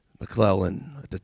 McClellan